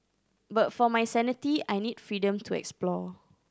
but for my sanity I need freedom to explore